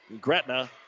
Gretna